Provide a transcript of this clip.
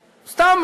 סתם,